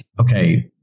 okay